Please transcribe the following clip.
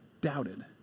doubted